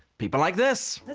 people like this. the